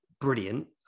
brilliant